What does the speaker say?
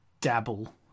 dabble